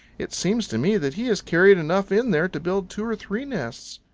it seems to me that he has carried enough in there to build two or three nests.